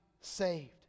saved